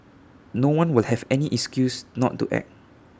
no one will have any excuse not to act